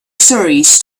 stories